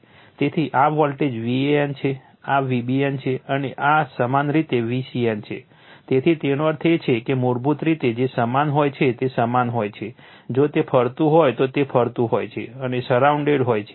તેથી આ voltage Van છે આ Vbn છે અને આ સમાન રીતે Vcn છે તેથી તેનો અર્થ એ છે કે મૂળભૂત રીતે જે સમાન હોય છે તે સમાન હોય છે જો તે ફરતું હોય તો તે ફરતું હોય છે અને સરાઉન્ડેડ હોય છે